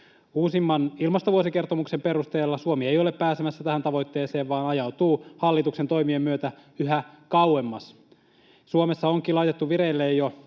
Uusimman ilmastovuosikertomuksen perusteella Suomi ei ole pääsemässä tähän tavoitteeseen, vaan ajautuu hallituksen toimien myötä yhä kauemmas. Suomessa onkin laitettu vireille jo